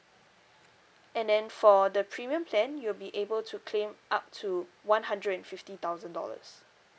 and then for the premium plan you'll be able to claim up to one hundred and fifty thousand dollars